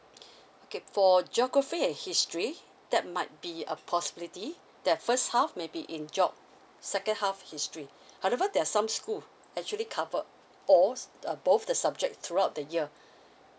okay for geography and history that might be a possibility that first half maybe in geo second half history however there are some school actually cover all uh both the subject throughout the year